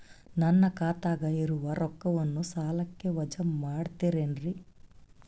ನನ್ನ ಖಾತಗ ಇರುವ ರೊಕ್ಕವನ್ನು ಸಾಲಕ್ಕ ವಜಾ ಮಾಡ್ತಿರೆನ್ರಿ?